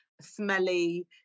smelly